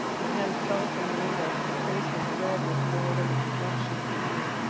her hand fell from the window. her face was red with more than the reflection of evening.